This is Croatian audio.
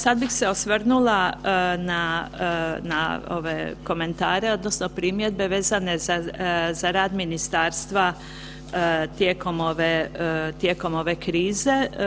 Sad bih se osvrnula na, na ove komentare odnosno primjedbe vezane za rad ministarstva tijekom ove, tijekom ove krize.